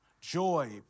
joy